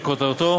שכותרתו